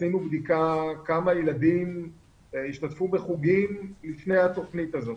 עשינו בדיקה כמה ילדים השתתפו בחוגים לפני התוכנית הזאת.